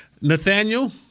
Nathaniel